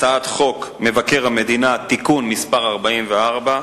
הצעת חוק מבקר המדינה (תיקון מס' 44)